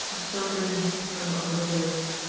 a silvery mist hung over the village.